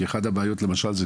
ואחד הבעיות למשל,